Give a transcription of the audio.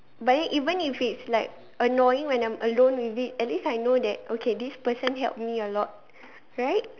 but then even if it's like annoying when I'm alone with it at least I know that okay this person help me a lot right